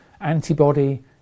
antibody